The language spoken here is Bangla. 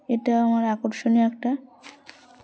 এটা আমার আকর্ষণীয় একটা